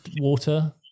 water